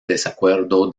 desacuerdo